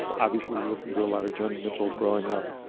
but obviously listened to a lot of joni mitchell growing up.